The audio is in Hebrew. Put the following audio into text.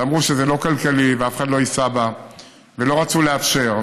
שאמרו שזה לא כלכלי ואף אחד לא ייסע בה ולא רצו לאפשר.